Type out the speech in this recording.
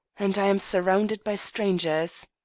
and i am surrounded by strangers.